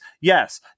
yes